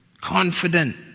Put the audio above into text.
Confident